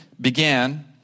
began